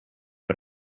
but